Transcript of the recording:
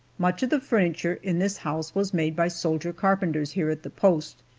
much of the furniture in this house was made by soldier carpenters here at the post,